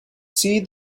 see